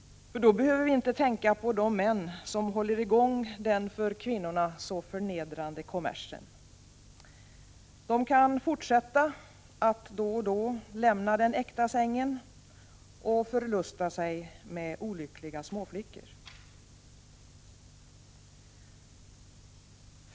Då behöver vi inte tänka på de män som håller i gång den för kvinnorna så förnedrande kommersen. De kan fortsätta och då och då lämna den äkta sängen och förlusta sig med olyckliga småflickor.